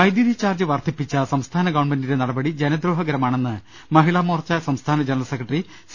വൈദ്യുതി ചാർജ് വർദ്ധിപ്പിച്ച സംസ്ഥാന ഗവൺ മെന്റിന്റെ നടപടി ജനദ്രോഹകരമാണെന്ന് മഹിളാ മോർച്ച സംസ്ഥാന ജനറൽ സെക്രട്ടറി സി